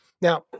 Now